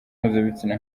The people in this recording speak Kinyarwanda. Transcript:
mpuzabitsina